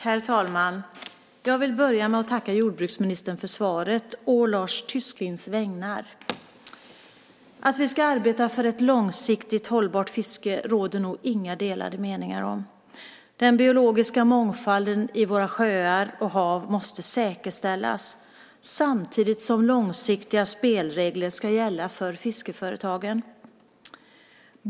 Herr talman! Jag vill börja med att tacka jordbruksministern för svaret å Lars Tysklinds vägnar. Att vi ska arbeta för ett långsiktigt hållbart fiske råder det nog inga delade meningar om. Den biologiska mångfalden i våra sjöar och hav måste säkerställas samtidigt som långsiktiga spelregler ska gälla för fiskeföretagen.